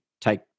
take